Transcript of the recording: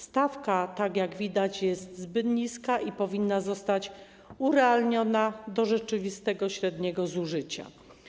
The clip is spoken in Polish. Stawka, tak jak widać, jest zbyt niska i powinna zostać urealniona do rzeczywistego średniego zużycia.